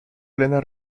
plena